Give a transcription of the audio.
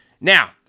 Now